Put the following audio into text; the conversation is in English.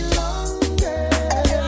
longer